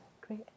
great